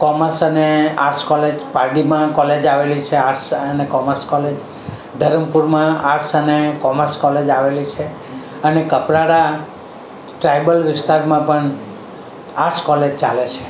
commerce અને arts college પારડીમાં college આવેલી છે આર્ટ્સ અને કોમર્સ કોલેજ ધરમપુરમાં આર્ટ્સ અને કોમર્સ કોલેજ આવેલી છે અને કપરારા ટ્રાયબલ વિસ્તારમાં પણ આર્ટ્સ કોલેજ ચાલે છે